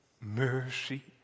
mercy